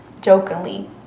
jokingly